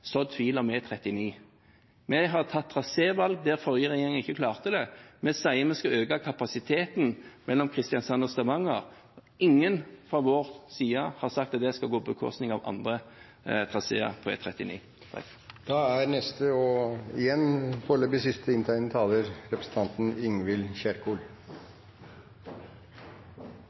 tvil om E39. Vi har tatt trasévalg der forrige regjering ikke klarte det. Vi sier vi skal øke kapasiteten mellom Kristiansand og Stavanger. Ingen fra vår side har sagt at det skal gå på bekostning av andre traseer på E39. Her er det statsråden som ikke er konsekvent. I et tidligere innlegg i en tidligere sak i dag argumenterte bl.a. representanten